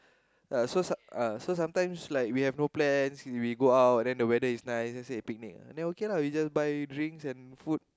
uh so some~ uh so sometimes like we have no plans we go out then the weather is nice just have a picnic then okay lah we just buy drinks and food